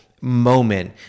moment